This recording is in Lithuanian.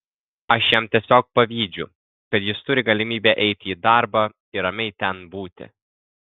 aš jam tiesiog pavydžiu kad jis turi galimybę eiti į darbą ir ramiai ten būti